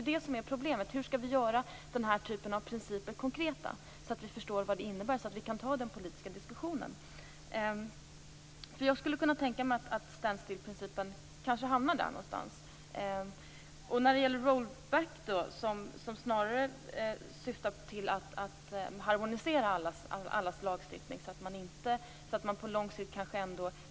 Problemet är hur vi skall göra den här typen av principer konkreta, så att vi förstår vad de innebär och kan ta den politiska diskussionen. Jag skulle kunna tänka mig att stand still-principen kanske hamnar där någonstans. Roll back syftar snarare till att harmonisera alla länders lagstiftning.